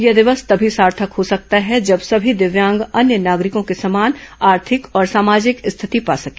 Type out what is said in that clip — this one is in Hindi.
यह दिवस तभी सार्थक हो सकता है जब सभी दिव्यांग अन्य नागरिकों के समान आर्थिक और सामाजिक स्थिति पा सके